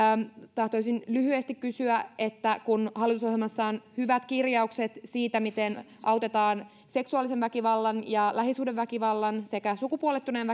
tahtoisin lyhyesti kysyä kun hallitusohjelmassa on hyvät kirjaukset siitä miten autetaan seksuaalisen väkivallan ja lähisuhdeväkivallan sekä sukupuolittuneen